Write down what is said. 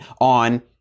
on